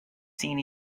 seen